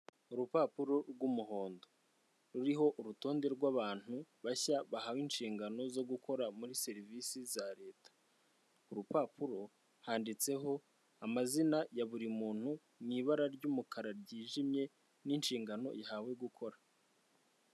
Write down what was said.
Urupapuro rw'umuhondo ruriho urutonde rw'abantu bashya bahawe inshingano zo gukora muri serivisi za Leta ku rupapuro handitseho amazina ya buri muntu n'ibara ry'umukara ryijimye n'inshingano ihawe gukora.